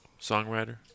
songwriter